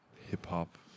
hip-hop